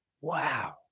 wow